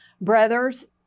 brothers